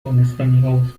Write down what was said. دانستنیهاست